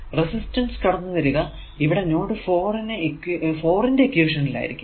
resistance കടന്നു വരിക ഇവിടെ നോഡ് 4 ന്റെ ഇക്വേഷനിൽ ആയിരിക്കും